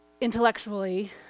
intellectually